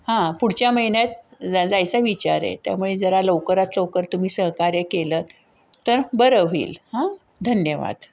हां पुढच्या महिन्यात जा जायचा विचार आहे त्यामुळे जरा लवकरात लवकर तुम्ही सहकार्य केलं तर बरं होईल हां धन्यवाद